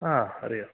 ആ അറിയാം